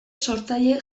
sortzaile